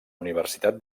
universitat